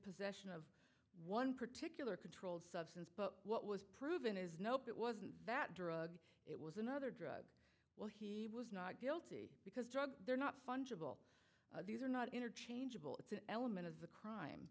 possession of one particular controlled substance but what was proven is nope it wasn't that drug it was another drug he was not guilty because drugs they're not fungible these are not interchangeable it's an element of the crime